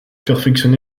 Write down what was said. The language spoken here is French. perfectionné